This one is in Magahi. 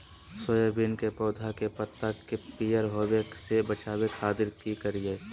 सोयाबीन के पौधा के पत्ता के पियर होबे से बचावे खातिर की करिअई?